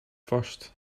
first